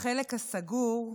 בחלק הסגור,